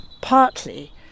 partly